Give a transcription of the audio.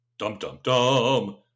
Dum-dum-dum